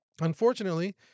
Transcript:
Unfortunately